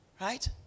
Right